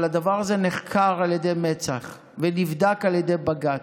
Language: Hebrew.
אבל הדבר הזה נחקר על ידי מצ"ח ונבדק על ידי בג"ץ,